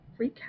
recap